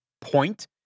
point